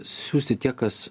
siųsti tie kas